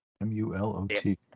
M-U-L-O-T